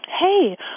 hey